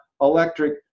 electric